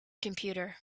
computer